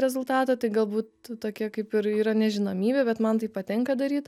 rezultato tai galbūt tokia kaip ir yra nežinomybė bet man tai patinka daryt